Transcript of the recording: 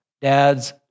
Dads